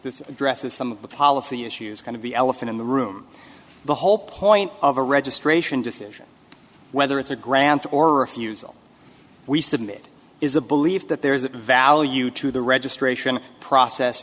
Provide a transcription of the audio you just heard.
this addresses some of the policy issues kind of the elephant in the room the whole point of a registration decision whether it's a grant or refuse all we submit is a belief that there is a value to the registration process